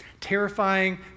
terrifying